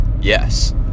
Yes